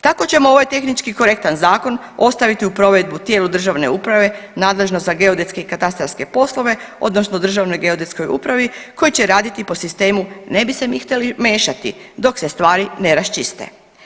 Tako ćemo ovaj tehnički korektan zakon ostaviti u provedbu tijelu državne uprave nadležno za geodetske i katastarske poslove odnosno Državnoj geodetskoj upravi koji će raditi po sistemu, ne bi se mi hteli mešati dok se stvari ne raščiste.